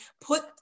put